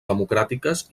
democràtiques